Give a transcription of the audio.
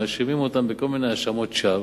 מאשימים אותם בכל מיני האשמות שווא.